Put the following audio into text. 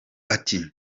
ati